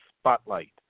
Spotlight